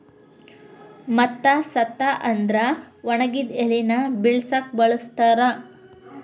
ಮತ್ತ ಸತ್ತ ಅಂದ್ರ ಒಣಗಿದ ಎಲಿನ ಬಿಳಸಾಕು ಬಳಸ್ತಾರ